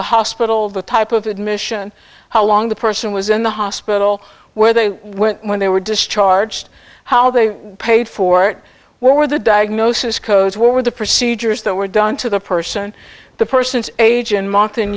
the hospital the type of admission how long the person was in the hospital where they went when they were discharged how they paid for it what were the diagnosis codes what were the procedures that were done to the person the person's age and m